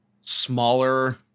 smaller